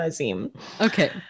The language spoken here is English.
Okay